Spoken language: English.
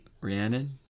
Rhiannon